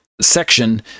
section